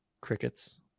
Crickets